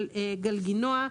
של גלגינוע.